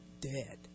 dead